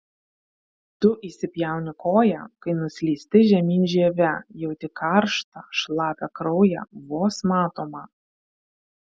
tu įsipjauni koją kai nuslysti žemyn žieve jauti karštą šlapią kraują vos matomą